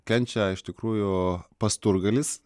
kenčia iš tikrųjų pasturgalis